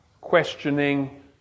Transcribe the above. questioning